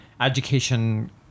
education